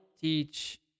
teach